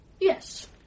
Yes